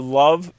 love